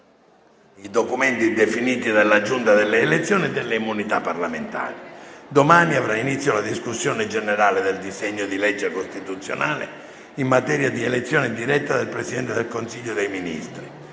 i documenti definiti dalla Giunta delle elezioni e delle immunità parlamentari. Domani avrà inizio la discussione generale del disegno di legge costituzionale in materia di elezione diretta del Presidente del Consiglio dei ministri.